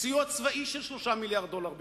סיוע צבאי של 3 מיליארדי דולר בשנה,